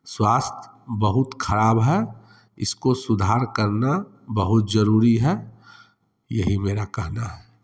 स्वास्थ्य बहुत खराब है इसको सुधार करना बहुत जरूरी है यही मेरा कहना है